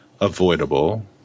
avoidable